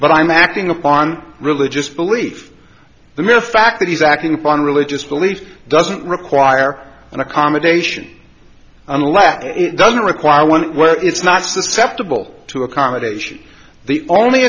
but i'm acting upon religious belief the mere fact that he's acting upon religious beliefs doesn't require an accommodation and lack of it doesn't require one where it's not susceptible to accommodation the only